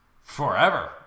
forever